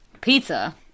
Pizza